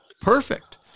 perfect